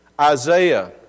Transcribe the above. Isaiah